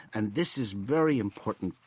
and this is very important,